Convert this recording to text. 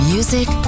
Music